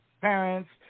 parents